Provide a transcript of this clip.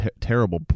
terrible